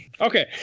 okay